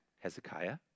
Hezekiah